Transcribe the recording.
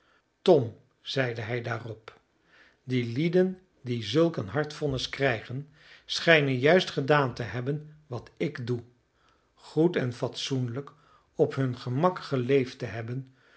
tom zeide hij daarop die lieden die zulk een hard vonnis krijgen schijnen juist gedaan te hebben wat ik doe goed en fatsoenlijk op hun gemak geleefd te hebben